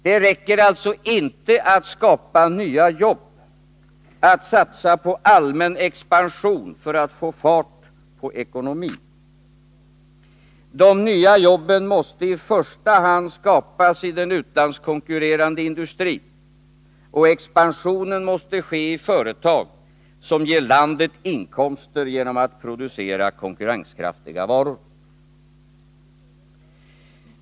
Det räcker alltså inte att skapa nya jobb, att satsa på allmän expansion för att få fart på ekonomin. De nya jobben måste i första hand skapas i den utlandskonkurrerande industrin, och expansionen måste ske i företag som ger landet inkomster genom att producera konkurrenskraftiga varor.